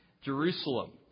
Jerusalem